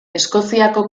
eskoziako